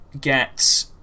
get